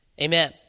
Amen